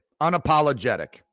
unapologetic